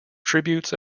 tributes